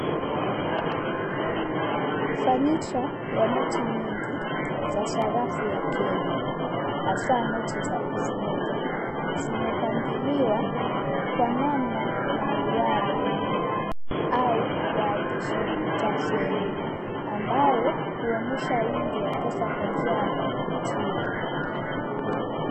Fanicha ya noti nyingi za sarafu ya Kenya. Hasa yanoti za 1000 zimepangiliwa kwa namna ya mduara au waandishi huita feni, ambayo huonyesha wingi wa pesa kwa njia ya kuvutia.